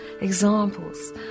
examples